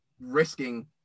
risking